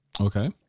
Okay